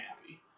happy